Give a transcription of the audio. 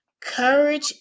courage